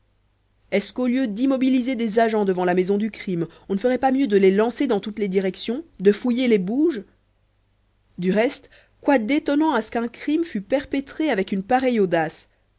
est-ce qu'au lieu d'immobiliser des agents devant la maison du crime on ne ferait pas mieux de les lancer dans toutes les directions de fouiller les bouges du reste quoi d'étonnant à ce qu'un crime fût perpétré avec une pareille audace